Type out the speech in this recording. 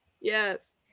Yes